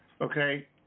okay